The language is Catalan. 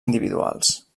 individuals